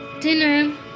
dinner